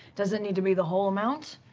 doesn't need to be the whole amount.